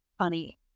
funny